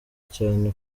cyane